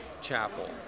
chapel